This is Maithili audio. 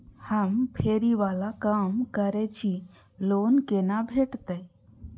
हम फैरी बाला काम करै छी लोन कैना भेटते?